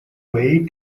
way